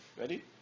ready